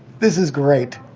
this is great.